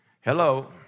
hello